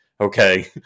Okay